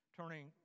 turning